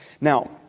Now